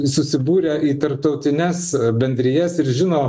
susibūrę į tarptautines bendrijas ir žino